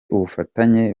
ubufatanye